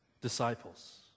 disciples